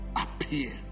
appear